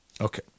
Okay